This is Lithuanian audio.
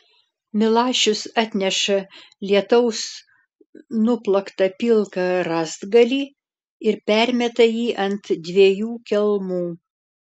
milašius atneša lietaus nuplaktą pilką rąstgalį ir permeta jį ant dviejų kelmų